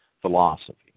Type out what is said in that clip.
philosophy